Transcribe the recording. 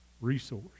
resource